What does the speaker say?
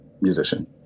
musician